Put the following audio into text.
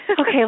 Okay